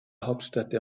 hauptstadt